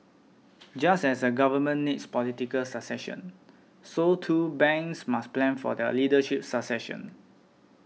just as a Government needs political succession so too banks must plan for their leadership succession